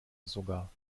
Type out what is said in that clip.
sogar